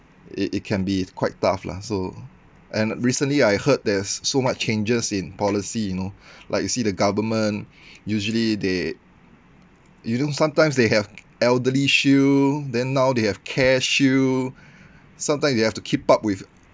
it it can be quite tough lah so and recently I heard there's so much changes in policy you know like you see the government usually they you know sometimes they have elderly shield then now they have careshield sometimes you have to keep up with